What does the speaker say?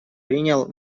принял